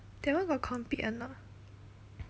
that one got compete or not